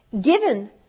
Given